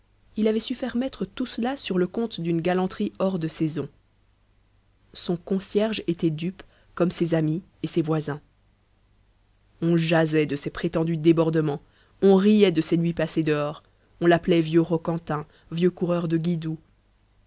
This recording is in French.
il avait su faire mettre tout cela sur le compte d'une galanterie hors de saison son concierge était dupe comme ses amis et ses voisins on jasait de ses prétendus débordements on riait de ses nuits passées dehors on l'appelait vieux roquentin vieux coureur de